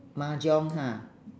mahjong ha